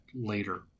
later